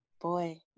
Boy